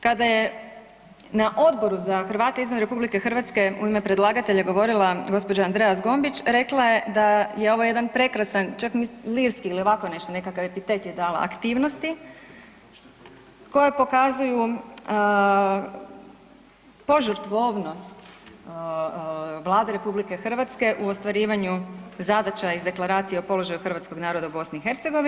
Kada je na Odboru za Hrvate izvan RH u ime predlagatelja govorila gđa. Andreja Zgombić rekla je da je ovo jedan prekrasan, čak mislim lirski ili ovako nešto, nekakav epitet je dala, aktivnosti koje pokazuju požrtvovnost Vlade RH u ostvarivanju zadaća iz Deklaracije o položaju hrvatskog naroda u BiH.